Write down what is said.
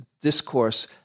discourse